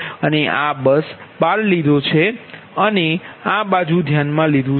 અને આ bus bar લીધો છે અને આ બાજુ ધ્યાનમા લીધુ છે